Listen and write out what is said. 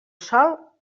sol